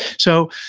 so,